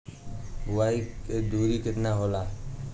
बुआई के दुरी केतना होला?